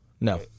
No